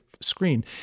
screen